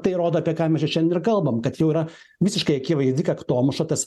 tai rodo apie ką mes čia šiandien ir kalbam kad jau yra visiškai akivaizdi kaktomuša tas